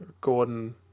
Gordon